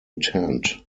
tent